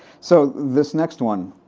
so this next one,